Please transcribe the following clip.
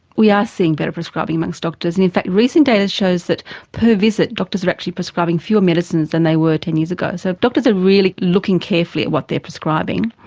we are seeing better prescribing amongst doctors. and in fact, recent data shows that per visit, doctors are actually prescribing fewer medicines than they were ten years ago. so doctors are really looking carefully at what they are prescribing.